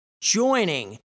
joining